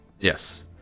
Yes